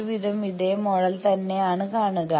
ഒരുവിധം ഇതേ മോഡൽ തന്നെ ആണ് കാണുക